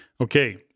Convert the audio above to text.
Okay